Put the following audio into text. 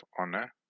honor